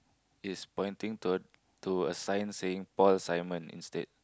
is pointing to a to a sign saying Paul-Simon instead